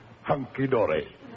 hunky-dory